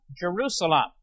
Jerusalem